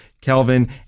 Kelvin